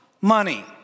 money